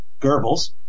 Goebbels